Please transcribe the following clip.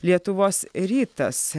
lietuvos rytas